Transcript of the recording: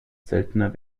seltener